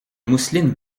mousseline